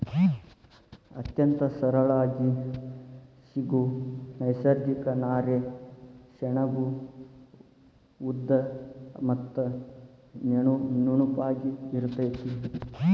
ಅತ್ಯಂತ ಸರಳಾಗಿ ಸಿಗು ನೈಸರ್ಗಿಕ ನಾರೇ ಸೆಣಬು ಉದ್ದ ಮತ್ತ ನುಣುಪಾಗಿ ಇರತತಿ